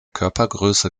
körpergröße